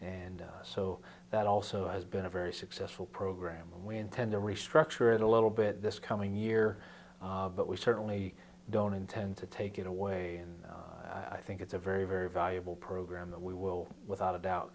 and so that also has been a very successful program and we intend to restructure it a little bit this coming year but we certainly don't intend to take it away and i think it's a very very valuable program that we will without a doubt